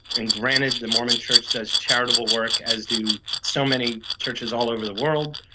and granted the mormon church does charitable work, as do so many churches all over the world,